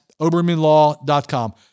obermanlaw.com